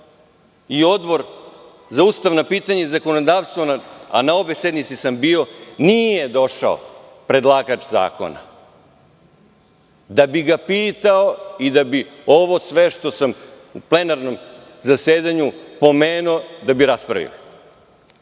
i Odbor za ustavna pitanja i zakonodavstvo, a na obe sednice sam bio, nije došao predlagač zakona, da bi ga pitao i da bi sve ovo što sam u plenarnom zasedanju pomenuo raspravili.